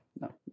no